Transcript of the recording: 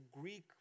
Greek